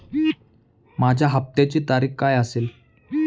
माझ्या हप्त्याची तारीख काय असेल?